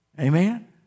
Amen